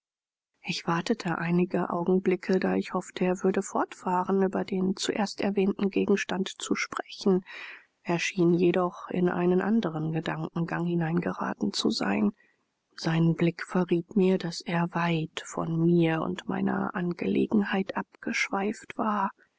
ich wartete einige augenblicke da ich hoffte er würde fortfahren über den zuerst erwähnten gegenstand zu sprechen er schien jedoch in einen anderen gedankengang hineingeraten zu sein sein blick verriet mir daß er weit von mir und meiner angelegenheit abgeschweift war